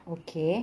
okay